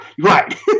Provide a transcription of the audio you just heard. Right